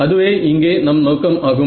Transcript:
அதுவே இங்கே நம் நோக்கம் ஆகும்